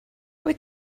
wyt